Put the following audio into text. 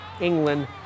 England